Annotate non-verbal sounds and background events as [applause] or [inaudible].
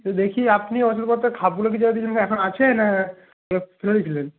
তো দেখি আপনি ওষুধপত্রের খাপগুলো কিছু [unintelligible] এখন আছে না ওগুলো ফেলে দিয়েছিলেন